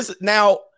Now